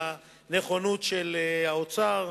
הנכונות של האוצר.